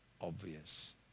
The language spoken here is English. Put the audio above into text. obvious